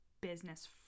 business